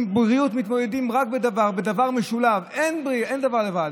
עם בריאות מתמודדים רק בדבר משולב, אין דבר לבד.